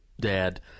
dad